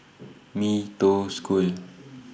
Mee Toh School